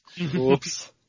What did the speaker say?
Oops